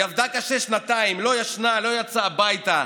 היא עבדה קשה שנתיים, לא ישנה, לא יצא הביתה,